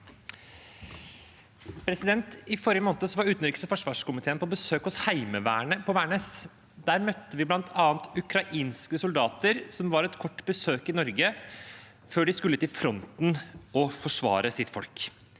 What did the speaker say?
I forrige måned var utenriks- og forsvarskomiteen på besøk hos Heimevernet på Værnes. Der møtte vi bl.a. ukrainske soldater som var på et kort besøk i Norge før de skulle til fronten og forsvare sitt folk.